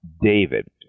David